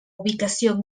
ubicació